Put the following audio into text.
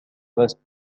reste